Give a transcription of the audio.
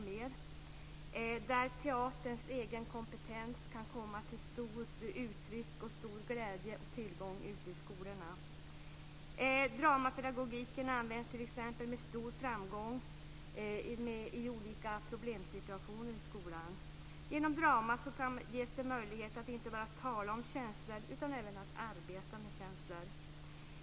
Där kan teaterns egen kompetens komma till uttryck, vara till stor glädje och vara en tillgång ute i skolorna. Dramapedagogiken används t.ex. med stor framgång i olika problemsituationer i skolan. Genom drama ges det möjlighet att inte bara tala om känslor utan även att arbeta med känslor.